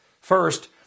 First